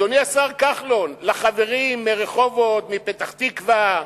אדוני השר כחלון, לחברים מרחובות, מפתח-תקווה,